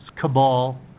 cabal